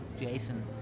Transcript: Jason